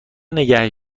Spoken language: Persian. نگه